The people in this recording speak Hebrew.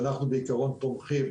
שאנחנו בעיקרון תומכים